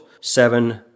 Seven